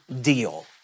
deal